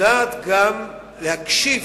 יודעת גם להקשיב